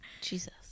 Jesus